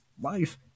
life